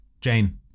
Jane